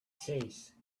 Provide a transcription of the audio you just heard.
says